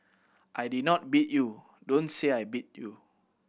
I did not beat you Don't say I beat you